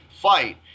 fight